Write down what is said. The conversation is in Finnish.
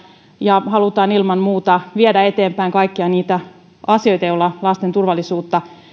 ja halutaan ilman muuta viedä eteenpäin kaikkia niitä asioita joilla lasten turvallisuutta